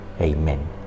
Amen